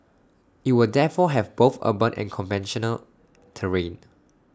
IT will therefore have both urban and conventional terrain